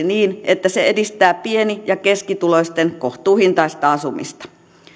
niin että se edistää pieni ja keskituloisten kohtuuhintaista asumista